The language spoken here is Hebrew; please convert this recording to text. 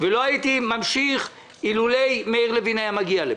לא הייתי ממשיך עד שמאיר לוין היה מגיע לפה.